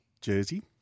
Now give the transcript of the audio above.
jersey